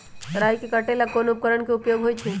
राई के काटे ला कोंन उपकरण के उपयोग होइ छई?